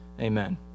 Amen